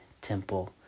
temple